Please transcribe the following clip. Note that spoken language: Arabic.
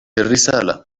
الرسالة